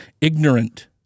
ignorant